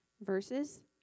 verses